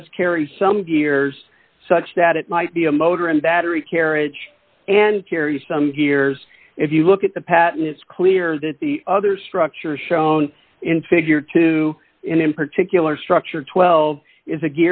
does carry some gears such that it might be a motor and battery carriage and carry some tears if you look at the patent it's clear that the other structure shown in figure two in particular structure twelve is a